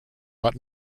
but